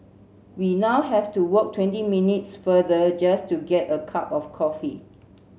we now have to walk twenty minutes farther just to get a cup of coffee